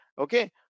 Okay